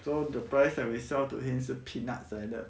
so the price that we sell to him 是 peanut 来的